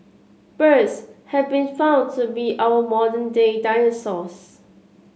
birds have been found to be our modern day dinosaurs